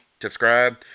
subscribe